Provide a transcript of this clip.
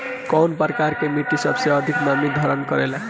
कउन प्रकार के मिट्टी सबसे अधिक नमी धारण करे ले?